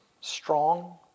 strong